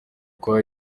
kwa